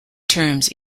terms